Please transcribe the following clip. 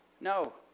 No